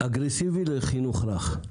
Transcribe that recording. אגרסיבי לבין חינוך רך.